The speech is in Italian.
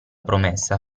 promessa